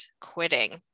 quitting